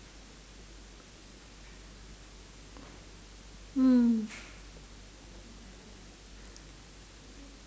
mm